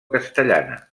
castellana